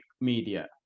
media